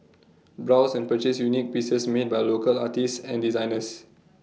browse and purchase unique pieces made by local artists and designers